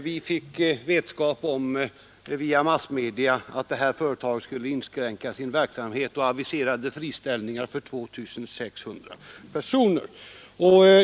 Vi fick via massmedia vetskap om att det här företaget skulle inskränka sin verksamhet och aviserade friställningar för 2 600 personer.